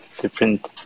different